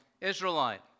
Israelite